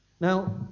Now